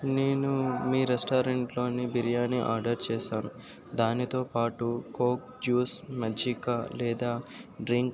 నేను మీ రెస్టారెంట్లోని బిర్యానీ ఆర్డర్ చేసాను దానితో పాటు కోక్ జ్యూస్ మజ్జిగ లేదా డ్రింక్